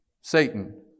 Satan